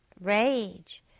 rage